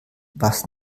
was